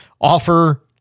offer